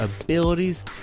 abilities